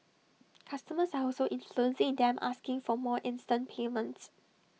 customers are also influencing them asking for more instant payments